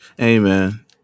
Amen